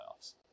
playoffs